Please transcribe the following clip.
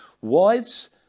wives